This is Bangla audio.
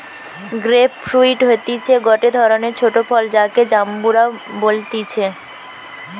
গ্রেপ ফ্রুইট হতিছে গটে ধরণের ছোট ফল যাকে জাম্বুরা বলতিছে